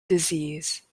disease